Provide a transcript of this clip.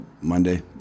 Monday